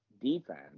defense